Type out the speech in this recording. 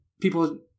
people